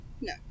No